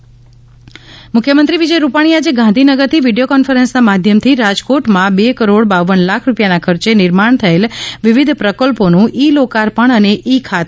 મ્ખ્યમંત્રી મુખ્યમંત્રી વિજય રૂપાણીએ આજે ગાંધીનગરથી વિડિયો કોન્ફરન્સના માધ્યમથી રાજકોટમાં બે કરોડ બાવન લાખ રૂપિયાના ખર્ચે નિર્માણ થયેલ વિવિધ પ્રકલ્પોનું ઇ લોકાર્પણ અને ઇ ખાતમુહર્ત કર્યું